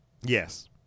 yes